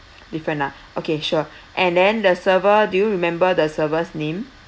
different lah okay sure and then the server do you remember the server's name